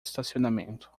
estacionamento